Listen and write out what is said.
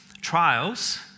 Trials